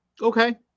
Okay